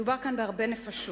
מדובר כאן בהרבה נפשות,